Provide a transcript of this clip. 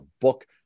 book